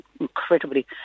incredibly